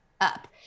up